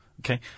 Okay